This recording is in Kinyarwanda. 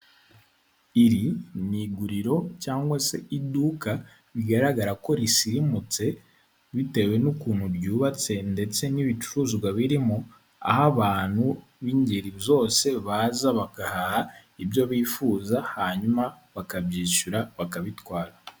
Iri ni iguriro, cyangwa se iduka rigaragara ko risimutse, bitewe n'ukuntu ryubatse ndetse n'ibicuruzwa birimo, aho abantu b'ingeri zose baza bagahaha ibyo bifuza, hanyuma bakabyishyura, bakabitwara.